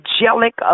angelic